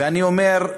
ואני אומר: